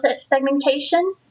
segmentation